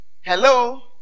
hello